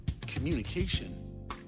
communication